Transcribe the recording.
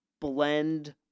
blend